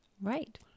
right